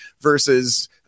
versus